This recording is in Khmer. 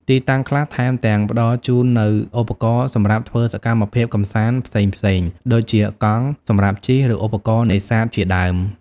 ទីតាំងខ្លះថែមទាំងផ្តល់ជូននូវឧបករណ៍សម្រាប់ធ្វើសកម្មភាពកម្សាន្តផ្សេងៗ ដូចជាកង់សម្រាប់ជិះ ឬឧបករណ៍នេសាទជាដើម។